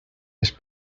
les